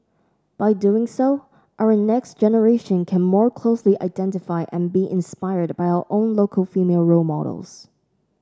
by doing so our next generation can more closely identify and be inspired by our own local female role models